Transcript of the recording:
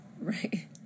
Right